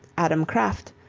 adam kraft,